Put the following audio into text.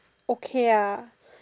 okay ah